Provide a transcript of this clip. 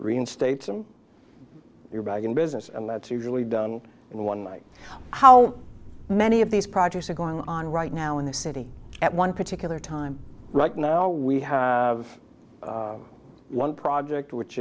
reinstates him your bag in business and that's usually done in the one night how many of these projects are going on right now in the city at one particular time right now we have one project which